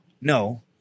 no